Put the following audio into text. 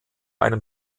einem